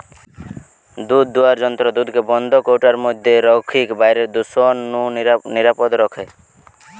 দুধদুয়ার যন্ত্র দুধকে বন্ধ কৌটার মধ্যে রখিকি বাইরের দূষণ নু নিরাপদ রখে